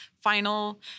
final